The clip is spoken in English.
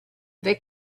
they